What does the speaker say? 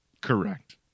Correct